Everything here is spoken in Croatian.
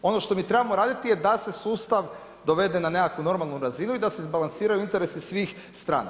Ono što mi trebamo raditi je da se sustav dovede na nekakvu normalnu razinu i da se izbalansiraju interesi svih strana.